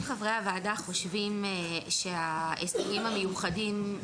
אם חברי הוועדה חושבים שההסדרים המיוחדים,